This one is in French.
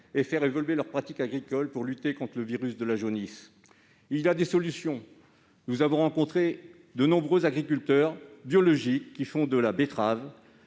et à faire évoluer leurs pratiques agricoles pour lutter contre le virus de la jaunisse ? Il y a des solutions ! Nous avons rencontré de nombreux agriculteurs biologiques qui cultivent de la betterave